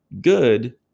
good